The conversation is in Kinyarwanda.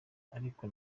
ariko